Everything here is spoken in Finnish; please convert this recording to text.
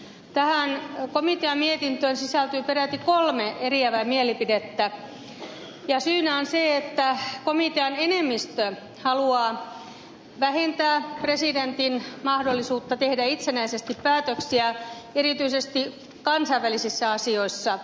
tähän komiteanmietintöön sisältyy peräti kolme eriävää mielipidettä ja syynä on se että komitean enemmistö haluaa vähentää presidentin mahdollisuutta tehdä itsenäisesti päätöksiä erityisesti kansainvälisissä asioissa